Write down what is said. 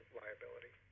liability